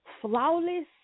flawless